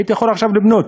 הייתי יכול עכשיו לבנות.